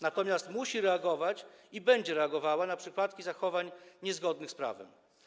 Natomiast musi reagować i będzie reagowała na przypadki zachowań niezgodnych z prawem.